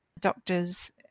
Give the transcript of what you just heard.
doctors